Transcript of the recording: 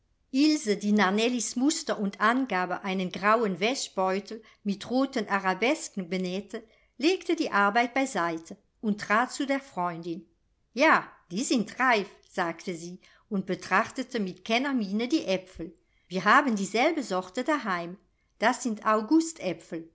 ilse die nach nellies muster und angabe einen grauen wäschbeutel mit roten arabesken benähte legte die arbeit beiseite und trat zu der freundin ja die sind reif sagte sie und betrachtete mit kennermiene die aepfel wir haben dieselbe sorte daheim das sind